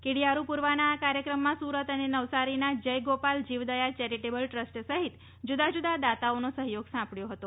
કીડીયારું પૂરવાના આ કાર્યક્રમમાં સુરત અને નવસારીના જય ગોપાલ જીવદયા ચેરીટેબલ ટ્રસ્ટ સહિત જુદા જુદા દાતાઓનો સહયોગ સાંપડ્યો હતો